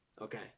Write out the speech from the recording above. Okay